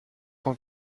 cent